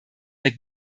der